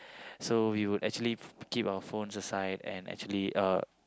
so we wold actually keep our phones aside and actually uh